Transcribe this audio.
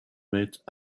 mètres